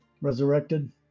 resurrected